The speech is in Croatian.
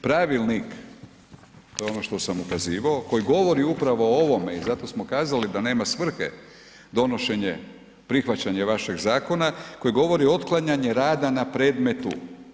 Pravilnik, to je ono što sam ukazivao, koji govori upravo o ovome i zato smo kazali da nema svrhe donošenje, prihvaćanje vašeg zakona koji govori otklanjanje rada na predmetu.